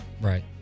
Right